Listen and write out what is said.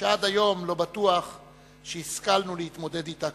שעד היום לא בטוח שהשכלנו להתמודד אתה כראוי.